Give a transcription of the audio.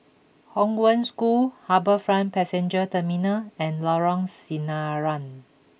Hong Wen School HarbourFront Passenger Terminal and Lorong Sinaran